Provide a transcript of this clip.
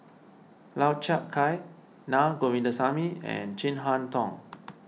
Lau Chiap Khai Na Govindasamy and Chin Harn Tong